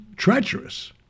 Treacherous